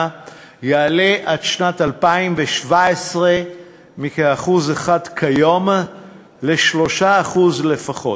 יעלה עד שנת 2017 מכ-1% כיום ל-3% לפחות.